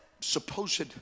supposed